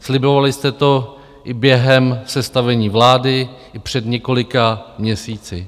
Slibovali jste to i během sestavení vlády i před několika měsíci.